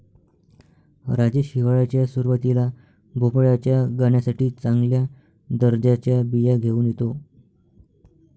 राजेश हिवाळ्याच्या सुरुवातीला भोपळ्याच्या गाण्यासाठी चांगल्या दर्जाच्या बिया घेऊन येतो